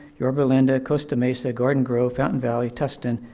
yorba linda, costa mesa, garden grove, fountain valley, tustin,